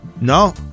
No